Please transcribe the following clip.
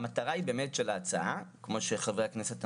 המטרה של ההצעה, כמו של חברי הכנסת המציעים,